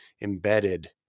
embedded